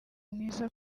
mwiza